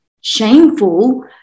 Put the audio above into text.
shameful